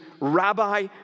Rabbi